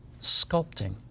sculpting